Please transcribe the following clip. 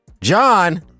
John